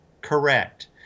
Correct